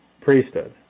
Priesthood